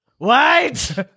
Wait